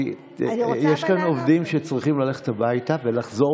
יש כאן עובדים שצריכים ללכת הביתה ולחזור